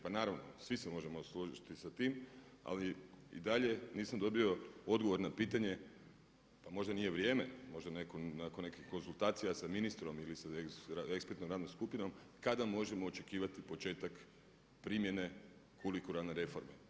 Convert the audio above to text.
Pa naravno, svi se možemo složiti sa tim, ali i dalje nisam dobio odgovor na pitanje, pa možda nije vrijeme, možda netko nakon nekih konzultacija sa ministrom ili sa ekspertnom radnom skupinom kada možemo očekivati početak primjene kurikularne reforme.